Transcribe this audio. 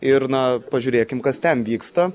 ir na pažiūrėkim kas ten vyksta